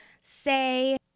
say